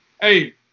Hey